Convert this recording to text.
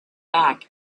back